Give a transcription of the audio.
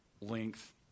length